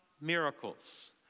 miracles